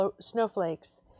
snowflakes